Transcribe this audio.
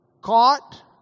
caught